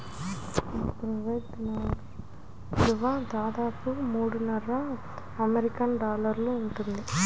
ఒక Kuwait dinar విలువ దాదాపు మూడున్నర అమెరికన్ డాలర్లు ఉంటుంది